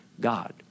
God